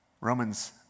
Romans